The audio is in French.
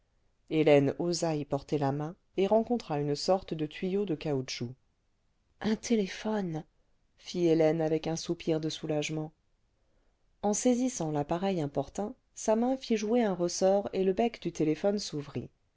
hélène osa y porter la main et rencontra une sorte de tuyau de caoutchouc un téléphone fit hélène avec un soupir de soulagement en saisissant l'appareil importun sa main fit jouer un ressort et le bec du téléphone s'ouvrit